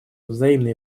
взаимные